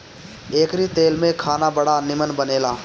एकरी तेल में खाना बड़ा निमन बनेला